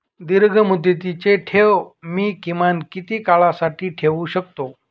दीर्घमुदतीचे ठेव मी किमान किती काळासाठी ठेवू शकतो?